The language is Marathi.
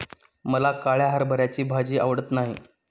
मला काळ्या हरभऱ्याची भाजी आवडत नाही